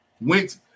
went